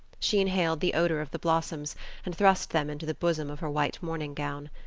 she inhaled the odor of the blossoms and thrust them into the bosom of her white morning gown.